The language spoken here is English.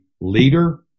leader